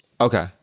Okay